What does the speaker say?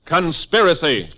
Conspiracy